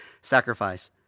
sacrifice